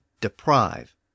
deprive